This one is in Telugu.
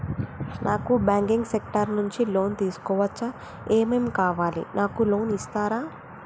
నాకు బ్యాంకింగ్ సెక్టార్ నుంచి లోన్ తీసుకోవచ్చా? ఏమేం కావాలి? నాకు లోన్ ఇస్తారా?